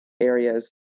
areas